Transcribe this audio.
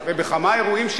ולהפוך את הוועדה